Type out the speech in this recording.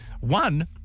One